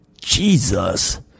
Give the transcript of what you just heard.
jesus